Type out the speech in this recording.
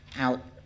out